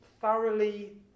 thoroughly